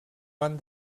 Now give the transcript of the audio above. van